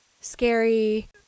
scary